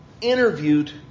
interviewed